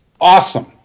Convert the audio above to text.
awesome